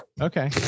Okay